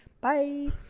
Bye